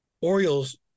Orioles